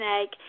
snake